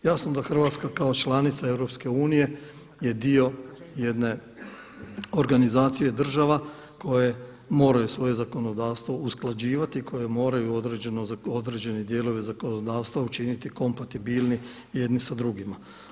Jasno da Hrvatska kao članica EU je dio jedne organizacije država koje moraju svoje zakonodavstvo usklađivati, koje moraju određene dijelove zakonodavstva učiniti kompatibilni jedni sa drugima.